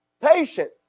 patient